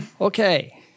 Okay